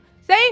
say